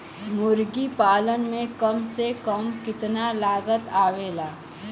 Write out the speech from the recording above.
मुर्गी पालन में कम से कम कितना लागत आवेला?